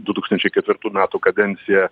du tūkstančiai ketvitų metų kadenciją